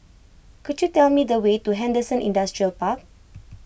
could you tell me the way to Henderson Industrial Park